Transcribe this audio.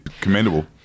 commendable